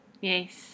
Yes